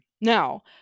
Now